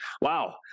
Wow